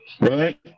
Right